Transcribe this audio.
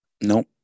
nope